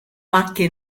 macchie